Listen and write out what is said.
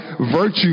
virtue